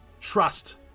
trust